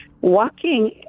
walking